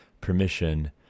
permission